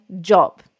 job